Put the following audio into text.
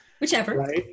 Whichever